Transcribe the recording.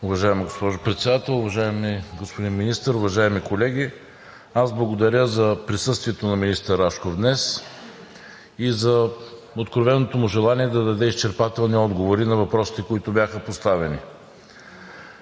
Уважаема госпожо Председател, уважаеми господин Министър, уважаеми колеги! Благодаря за присъствието на министър Рашков днес и за откровеното му желание да даде изчерпателни отговори на въпросите, които бяха поставени.